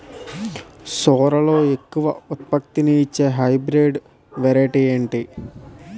సోరలో ఎక్కువ ఉత్పత్తిని ఇచే హైబ్రిడ్ వెరైటీ ఏంటి?